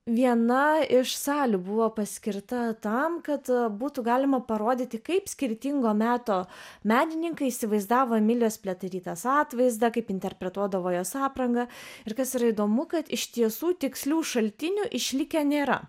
viena iš salių buvo paskirta tam kad būtų galima parodyti kaip skirtingo meto menininkai įsivaizdavo emilijos pliaterytės atvaizdą kaip interpretuodavo jos aprangą ir kas yra įdomu kad iš tiesų tikslių šaltinių išlikę nėra